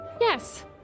Yes